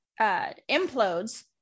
implodes